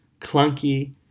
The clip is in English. clunky